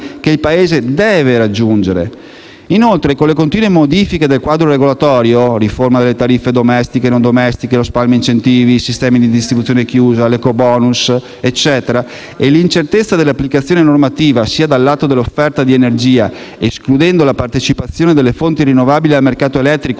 che il Paese deve raggiungere. Inoltre, con le continue modifiche del quadro regolatorio (riforma delle tariffe domestiche e non domestiche, spalma-incentivi, sistemi di distribuzione chiusi, ecobonus, eccetera) e l'incertezza dell'applicazione normativa, sia dal lato dell'offerta di energia, escludendo la partecipazione delle fonti rinnovabili al mercato elettrico,